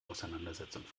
auseinandersetzung